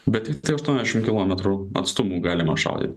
bet tiktai aštuoniasdešimt kilometrų atstumu galima šaudyt